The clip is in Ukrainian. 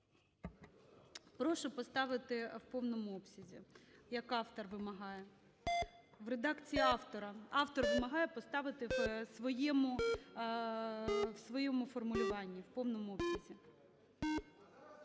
Прошу поставити в повному обсязі, як автор вимагає, в редакції автора. Автор вимагає поставити в своєму формулюванні в повному обсязі.